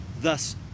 thus